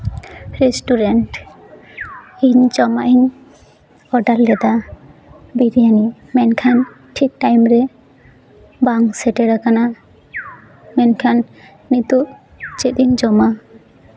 restaurant ᱤᱧ ᱡᱚᱢᱟᱜ ᱤᱧ ᱚᱰᱟᱨ ᱞᱮᱫᱟ ᱵᱤᱨᱭᱟᱱᱤ ᱢᱮᱱᱠᱷᱟᱱ ᱴᱷᱤᱠ ᱴᱟᱭᱤᱢ ᱨᱮ ᱵᱟᱝ ᱥᱮᱴᱮᱨ ᱟᱠᱟᱱᱟ ᱢᱮᱱᱠᱷᱟᱱ ᱱᱤᱛᱚᱜ ᱪᱮᱫ ᱤᱧ ᱡᱚᱢᱟ